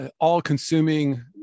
all-consuming